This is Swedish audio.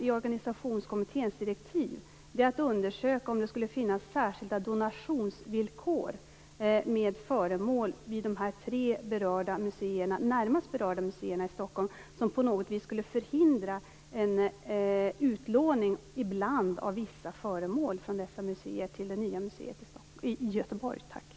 I Organisationskommitténs direktiv ingår att undersöka om det finns särskilda donationsvillkor i fråga om föremål vid de tre närmast berörda museerna i Stockholm som på något vis förhindrar en utlåning av vissa föremål från dessa museer till det nya museet i Göteborg. Tack!